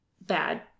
bad